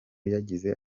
yagize